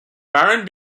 barron